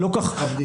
מכבדים.